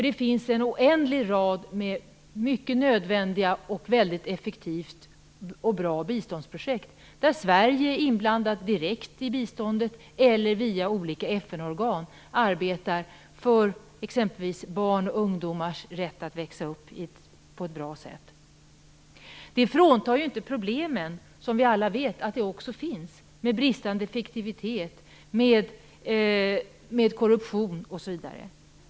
Det finns en oändlig rad av mycket nödvändiga och väldigt effektiva och bra biståndsprojekt som Sverige direkt eller via olika FN-organ är inblandat i. Det gäller t.ex. arbete för barns och ungdomars rätt att växa upp på ett bra sätt. Det hindrar inte att det, som vi alla vet, finns problem med bristande effektivitet, korruption osv.